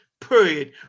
Period